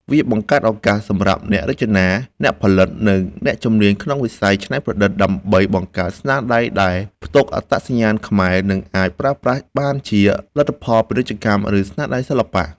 វាបង្កើតឱកាសសម្រាប់អ្នករចនា អ្នកផលិត និងអ្នកជំនាញក្នុងវិស័យច្នៃប្រឌិត ដើម្បីបង្កើតស្នាដៃដែលផ្ទុកអត្តសញ្ញាណខ្មែរ និងអាចប្រើប្រាស់បានជាលទ្ធផលពាណិជ្ជកម្ម ឬស្នាដៃសិល្បៈ។